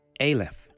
Aleph